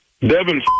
Devin